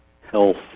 health